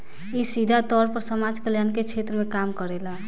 इ सीधा तौर पर समाज कल्याण के क्षेत्र में काम करेला